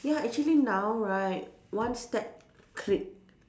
ya actually now right one step click